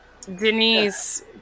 Denise